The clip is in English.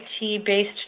IT-based